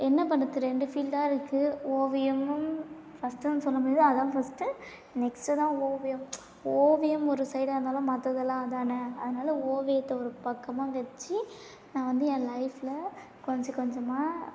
என்ன பண்ணுறது ரெண்டு ஃபீல்டாக இருக்குது ஓவியமும் ஃபஸ்ட்டுனு சொல்ல முடியாது அதுதான் ஃபஸ்ட்டு நெக்ஸ்ட்டு தான் ஓவியம் ஓவியம் ஒரு சைடாக இருந்தாலும் மற்றதெல்லாம் அதான் அதனால் ஓவியத்தை ஒரு பக்கமாக வச்சி நான் வந்து என் லைஃப்ல கொஞ்ச கொஞ்சமாக